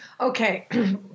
Okay